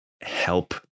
help